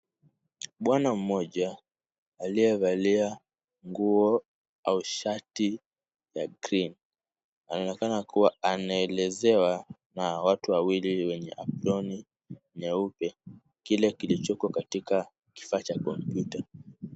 Bwana mmoja aliyevalia nguo au shati ya green , anaonekana kuwa anaelezewa na watu wawili wenye aproni nyeupe, kile kilichoko katika kifaa cha kompyuta.